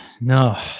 no